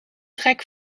trek